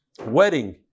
wedding